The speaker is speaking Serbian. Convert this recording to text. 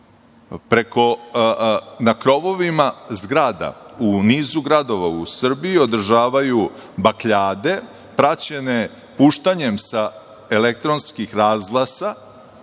noći, na krovovima zgrada u nizu gradova u Srbiji održavaju bakljade, praćenje puštanjem sa elektronskih razglasa